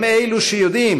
הם אלו שיודעים